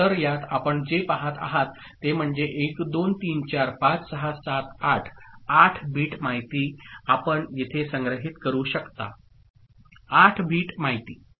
तर यात आपण जे पहात आहात ते म्हणजे 1 2 3 4 5 6 7 8 8 बिट माहिती आपण येथे संग्रहित करू शकता 8 बिट माहिती